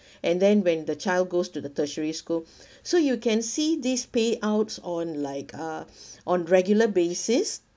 and then when the child goes to the tertiary school so you can see these payouts on like uh on regular basis